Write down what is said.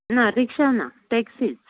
ना रिक्षा ना टॅक्सिच